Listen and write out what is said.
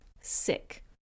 sick